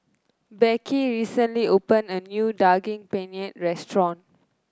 Becky recently opened a new Daging Penyet Restaurant